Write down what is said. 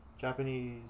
Japanese